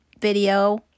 video